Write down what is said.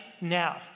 now